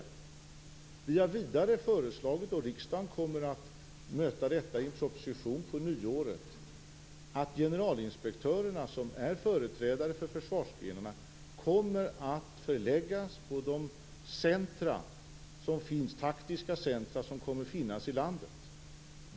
Regeringen har också föreslagit - riksdagen kommer att möta detta i en proposition på nyåret - att generalinspektörerna som är företrädare för försvarsgrenarna kommer att förläggas på de taktiska centrum som kommer att finnas i landet.